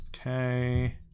okay